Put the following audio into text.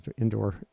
indoor